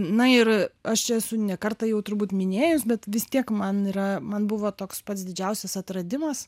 na ir aš esu ne kartą jau turbūt minėjus bet vis tiek man yra man buvo toks pats didžiausias atradimas